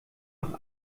doch